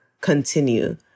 continue